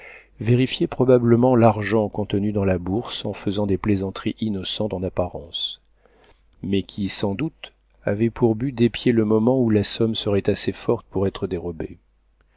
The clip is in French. vérifiait probablement l'argent contenu dans la bourse en faisant des plaisanteries innocentes en apparence mais qui sans doute avaient pour but d'épier le moment où la somme serait assez forte pour être dérobée